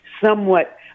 somewhat